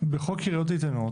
בחוק עיריות איתנות